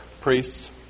priests